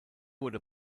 wurde